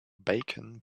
bacon